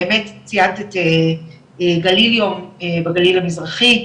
באמת ציינת את גליליום בגליל המזרחי,